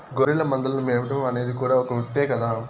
గొర్రెల మందలను మేపడం అనేది కూడా ఒక వృత్తే కదా